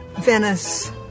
Venice